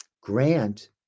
Grant